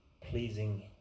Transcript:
pleasing